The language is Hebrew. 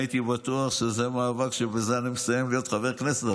אני הייתי בטוח שזה מאבק שבזה שאני מסיים להיות חבר כנסת,